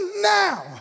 now